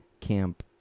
camp